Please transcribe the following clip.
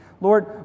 Lord